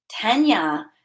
Tanya